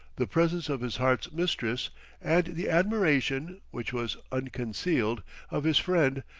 the presence of his heart's mistress and the admiration which was unconcealed of his friend,